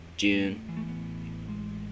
June